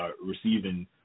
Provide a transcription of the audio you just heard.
receiving